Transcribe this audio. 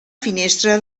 finestra